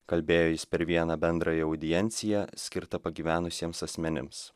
kalbėjo jis per vieną bendrąją audienciją skirtą pagyvenusiems asmenims